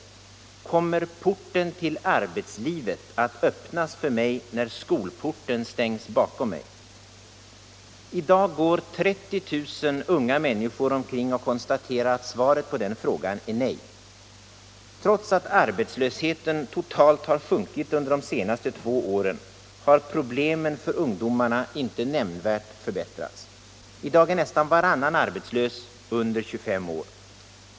Kommer porten till arbetslivet att öppnas för mig när skol porten stängs bakom mig? I dag går 30 000 unga människor omkring och konstaterar att svaret på den frågan är nej. Trots att arbetslösheten totalt har sjunkit under de senaste två åren har problemen för ungdomarna inte nämnvärt förbättrats. I dag är nästan varannan arbetslös under 25 år.